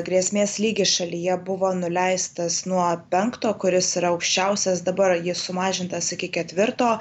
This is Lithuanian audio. grėsmės lygis šalyje buvo nuleistas nuo penkto kuris yra aukščiausias dabar jis sumažintas iki ketvirto